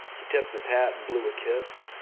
he tipped his hat and blew a kiss,